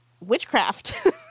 witchcraft